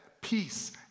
peace